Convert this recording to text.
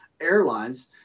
airlines